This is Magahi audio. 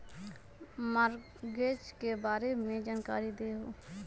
मॉर्टगेज के बारे में जानकारी देहु?